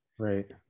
Right